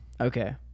Okay